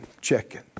checking